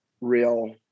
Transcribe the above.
real